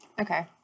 Okay